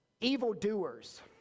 Evildoers